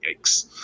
yikes